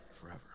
Forever